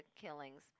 killings